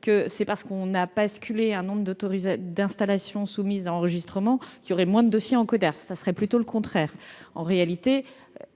que c'est parce que l'on a basculé un certain nombre d'installations soumises à enregistrement qu'il y aurait moins de dossiers devant les Coderst. Ce serait plutôt le contraire !